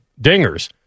dingers